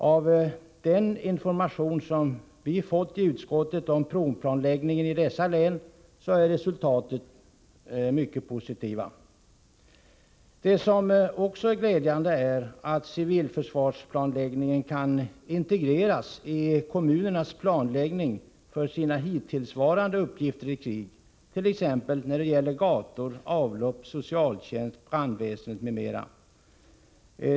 Av den information som vi har fått i utskottet om provplanläggningen i dessa län framgår att resultatet är mycket positivt. Det är också glädjande att civilförsvarsplanläggningen kan integreras i kommunernas planläggning för deras hittillsvarande uppgifter i krig, t.ex. när det gäller gator, avlopp, socialtjänst och brandväsende.